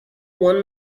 one